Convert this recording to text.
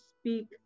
speak